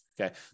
Okay